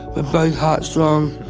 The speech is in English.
but both heart strong,